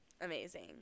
amazing